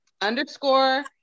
underscore